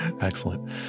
Excellent